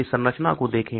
इस संरचना को देखें